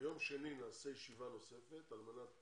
ביום שני נעשה ישיבה נוספת על מנת